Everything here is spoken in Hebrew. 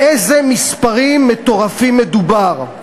באיזה מספרים מטורפים מדובר: